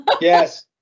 Yes